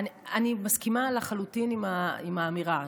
אני מסכימה לחלוטין עם האמירה.